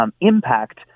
impact